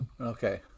okay